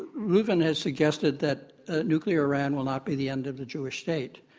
reuven has suggested that a nuclear iran will not be the end of the jewish state.